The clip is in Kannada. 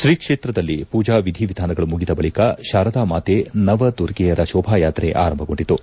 ಶ್ರೀ ಕ್ಷೇತ್ರ ದಲ್ಲಿ ಪೂಜಾ ವಿಧಿವಿಧಾನಗಳು ಮುಗಿದ ಬಳಿಕ ಶಾರದಾ ಮಾತೆ ನವದುರ್ಗೆಯರ ಶೋಭಾಯಾತ್ರೆ ಆರಂಭಗೊಂಡಿತು